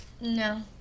no